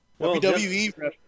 WWE